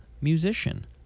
musician